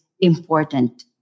important